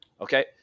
okay